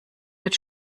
wird